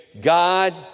God